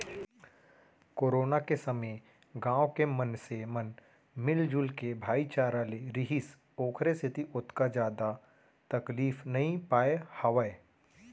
corona के समे गाँव के मनसे मन मिलजुल के भाईचारा ले रिहिस ओखरे सेती ओतका जादा तकलीफ नइ पाय हावय